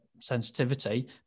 sensitivity